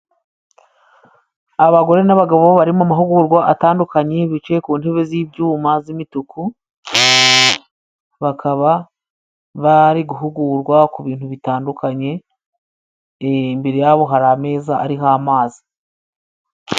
Abagore n'abagabo bari mu mahugurwa atandukanye, bicaye ku ntebe z'ibyuma z'imituku, bakaba bari guhugurwa ku bintu bitandukanye, imbere yabo hari ameza ariho amazi.